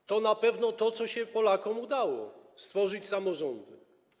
Tak, to na pewno jest to, co się Polakom udało - stworzyć samorządy.